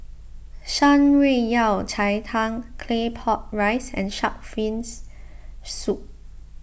Shan Rui Yao Cai Tang Claypot Rice and Shark's Fin Soup